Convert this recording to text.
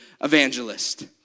evangelist